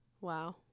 Wow